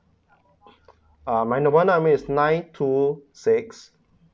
uh my num~ number is nine two six